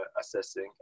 assessing